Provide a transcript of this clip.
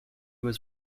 was